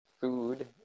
food